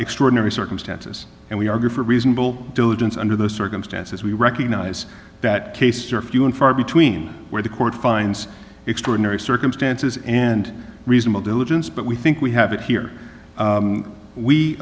extraordinary circumstances and we argue for reasonable diligence under those circumstances we recognize that cases are few and far between where the court finds extraordinary circumstances and reasonable diligence but we think we have it here